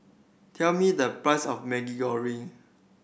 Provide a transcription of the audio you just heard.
tell me the price of Maggi Goreng